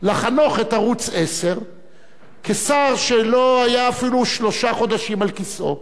לחנוך את ערוץ-10 כשר שלא היה אפילו שלושה חודשים על כיסאו,